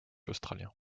australien